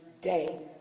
day